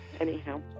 anyhow